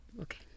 okay